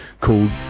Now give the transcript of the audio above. called